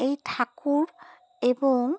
এই ঠাকুর এবং